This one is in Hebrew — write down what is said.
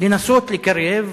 לנסות לקרב,